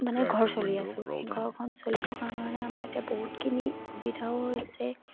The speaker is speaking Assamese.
মানে ঘৰ চলি আছোঁ সেই ঘৰখন চলি থকাৰ কাৰণে আমাৰ এতিয়া বহুতখিনি সুবিধাও হৈছে